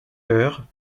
heures